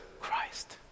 Christ